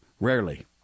Rarely